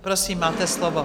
Prosím, máte slovo.